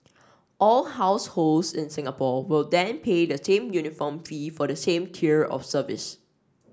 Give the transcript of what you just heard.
all households in Singapore will then pay the same uniform fee for the same tier of service